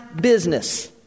business